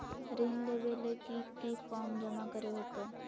ऋण लेबे ले की की फॉर्म जमा करे होते?